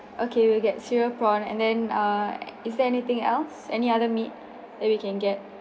okay we'll get cereal prawn and then uh is there anything else any other meat that we can get